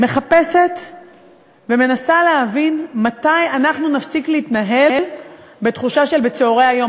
מחפשת ומנסה להבין מתי אנחנו נפסיק להתנהל בתחושה של "בצהרי היום".